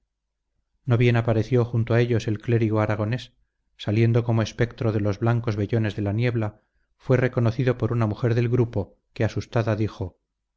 no bien apareció junto a ellos el clérigo aragonés saliendo como espectro de los blancos vellones de la niebla fue reconocido por una mujer del grupo que asustada dijo